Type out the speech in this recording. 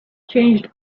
changed